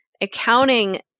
accounting